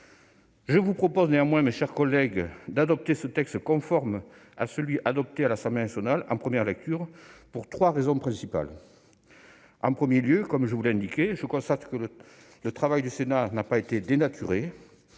Je vous propose néanmoins, mes chers collègues, d'adopter ce texte conforme à celui qu'a adopté l'Assemblée nationale en première lecture, pour trois raisons principales. D'abord, comme je vous l'ai indiqué, je constate que le travail du Sénat n'a pas été dénaturé,